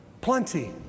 Plenty